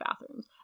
bathrooms